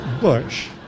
Bush